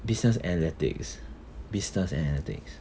business analytics business analytics